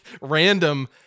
random –